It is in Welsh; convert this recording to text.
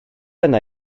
yna